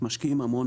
משקיעים המון,